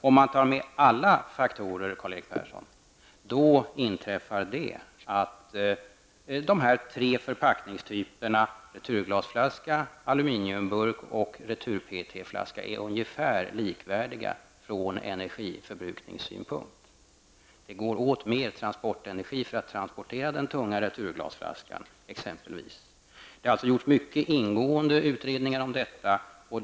Om man tar med alla faktorer, Karl Erik Persson, ser man att dessa tre förpackningstyper -- returglasflaska, aluminiumburk och retur-PET-flaska -- är ungefär likvärdiga från energiförbrukningssynpunkt. Det går exempelvis åt mer energi för att transportera den tunga returglasflaskan. Det har gjorts många ingående utredningar om detta.